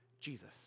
Jesus